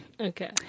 Okay